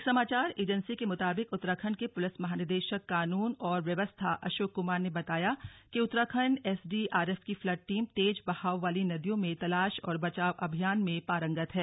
एक समाचार एजेंसी के मुताबिक उत्तराखंड के पुलिस महानिदेशक कानून और व्यवस्था अशोक कुमार ने बताया कि उत्तराखण्ड एसडीआरएफ की फ्लड टीम तेज बहाव वाली नदियों में तलाश और बचाव अभियान में पारंगत है